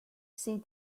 see